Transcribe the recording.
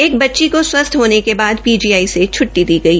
एक बच्ची को स्वस्थ होने के बाद पीजीआई से छ्ट्टी दी गई